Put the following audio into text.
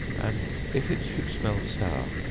and if it should smell sour,